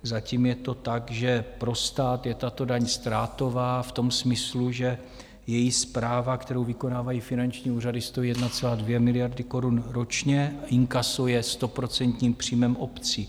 Zatím je to tak, že pro stát je tato daň ztrátová v tom smyslu, že její správa, kterou vykonávají finanční úřady, stojí 1,2 miliardy korun ročně, inkaso je stoprocentním příjmem obcí.